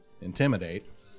Intimidate